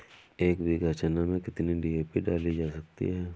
एक बीघा चना में कितनी डी.ए.पी डाली जा सकती है?